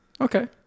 Okay